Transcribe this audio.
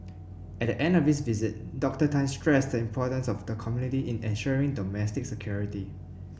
at the end of his visit Dr Tan stressed the importance of the community in ensuring domestic security